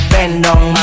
Bendong